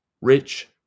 Rich